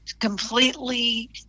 completely